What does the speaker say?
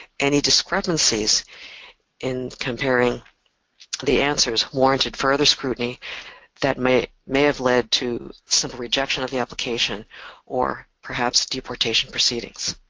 any discrepancies in comparing the answers warranted further scrutiny that may may have led to some rejection of the application or perhaps deportation proceedings.